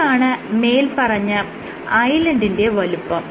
ഇതാണ് മേല്പറഞ്ഞ ഐലൻഡിന്റെ വലുപ്പം